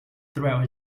throughout